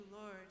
Lord